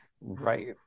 right